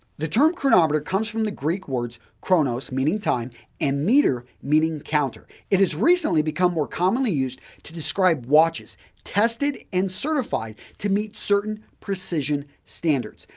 the term chronometer comes from the greek words chronos meaning time and meter meaning counter. it has recently become more commonly used to describe watches tested and certified to meet certain precision standards.